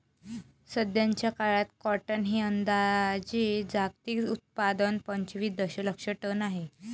सध्याचा काळात कॉटन हे अंदाजे जागतिक उत्पादन पंचवीस दशलक्ष टन आहे